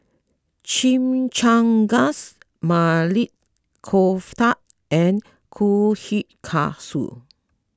Chimichangas Maili Kofta and Kushikatsu